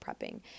prepping